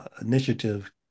initiative